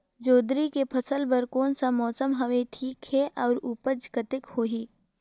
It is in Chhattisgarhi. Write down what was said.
जोंदरी के फसल बर कोन सा मौसम हवे ठीक हे अउर ऊपज कतेक होही?